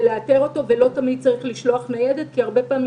לאתר אותו ולא תמיד צריך לשלוח ניידת כי הרבה פעמים